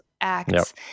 acts